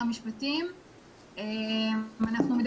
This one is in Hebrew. כי זה